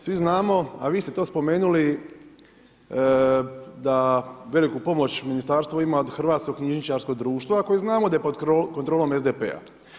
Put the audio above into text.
Svi znamo, a vi ste to spomenuli da veliku pomoć Ministarstvo ima od Hrvatskog knjižničarskog društvo koje znamo da je pod kontrolom SDP-a.